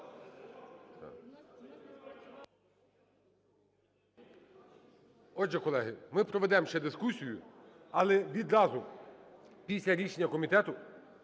Отже, колеги, ми проведемо ще дискусію, але відразу після рішення комітету